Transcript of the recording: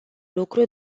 lucru